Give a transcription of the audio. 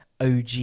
OG